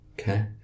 okay